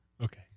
Okay